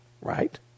right